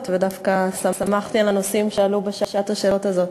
ודווקא שמחתי על הנושאים שעלו בשעת השאלות הזאת.